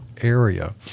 area